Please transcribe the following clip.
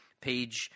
Page